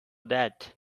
that